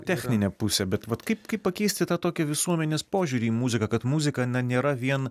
techninė pusė bet vat kaip kaip pakeisti tą tokį visuomenės požiūrį į muziką kad muzika na nėra vien